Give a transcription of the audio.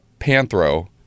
Panthro